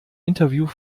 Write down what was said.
interview